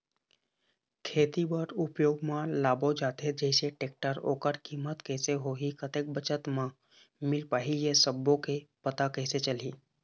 खेती बर उपयोग मा लाबो जाथे जैसे टेक्टर ओकर कीमत कैसे होही कतेक बचत मा मिल पाही ये सब्बो के पता कैसे चलही?